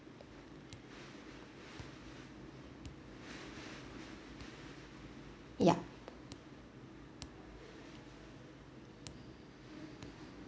yup